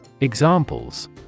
Examples